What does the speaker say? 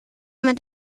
mit